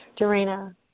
Dorena